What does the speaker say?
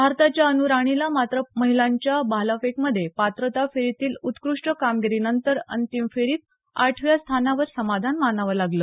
भारताच्या अन्नू राणीला मात्र महिलांच्या भालाफेकमध्ये पात्रता फेरीतील उत्कृष्ट कामगिरीनंतर अंतिम फेरीत आठव्या स्थानावर समाधान मानावं लागलं